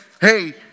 hey